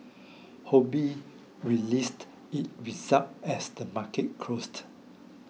Ho Bee released its results as the market closed